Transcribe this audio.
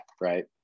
Right